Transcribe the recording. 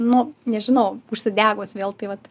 nu nežinau užsidegus vėl tai vat